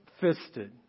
fisted